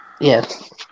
Yes